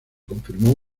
confirmó